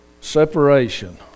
Separation